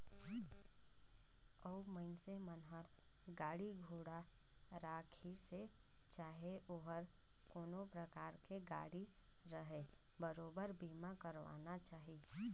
अउ मइनसे मन हर गाड़ी घोड़ा राखिसे चाहे ओहर कोनो परकार के गाड़ी रहें बरोबर बीमा करवाना चाही